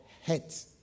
hate